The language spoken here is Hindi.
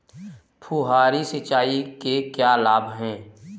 फुहारी सिंचाई के क्या लाभ हैं?